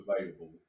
available